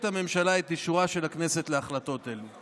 הממשלה את אישורה של הכנסת להחלטות האלה.